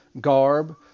garb